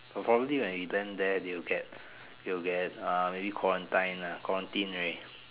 probably when we hidden there they will get they will get uh quarantine lah quarantine already